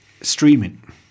streaming